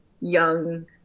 young